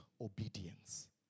obedience